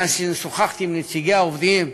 שוחחתי עם נציגי העובדים.